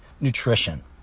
nutrition